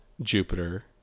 Jupiter